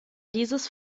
dieses